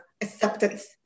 acceptance